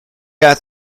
got